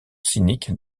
cynique